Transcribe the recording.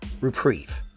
reprieve